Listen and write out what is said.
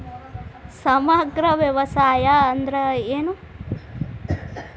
ಸಮಗ್ರ ವ್ಯವಸಾಯ ಅಂದ್ರ ಏನು?